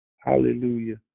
hallelujah